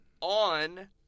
on